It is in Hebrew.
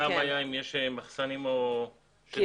ואם יש מחסנים או חדרים טכניים?